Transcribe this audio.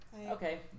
Okay